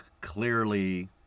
clearly